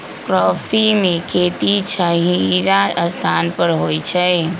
coffee में खेती छहिरा स्थान पर होइ छइ